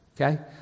okay